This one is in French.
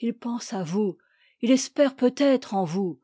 il pense à vous il espère peut-être en vous